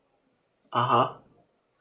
(uh huh)